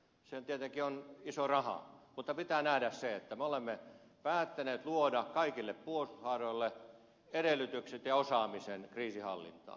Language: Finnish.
se tietenkin on iso raha mutta pitää nähdä se että me olemme päättäneet luoda kaikille puolustushaaroille edellytykset ja osaamisen kriisinhallintaan